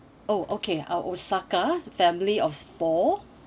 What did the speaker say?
oh okay uh osaka family of four